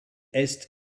est